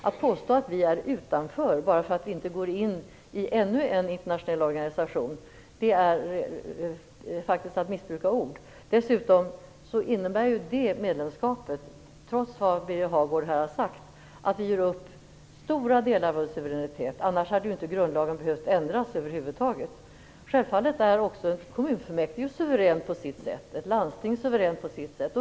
Att påstå att vi är utanför bara för att vi inte går in i ännu en internationell organisation är att missbruka ord. Dessutom innebär medlemskapet, trots det som Birger Hagård här har sagt, att vi ger upp stora delar av vår suveränitet. Annars hade ju inte grundlagen behövt ändras över huvud taget. Självfallet är också ett kommunfullmäktige och ett landsting suveränt på sitt sätt.